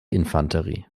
infanterie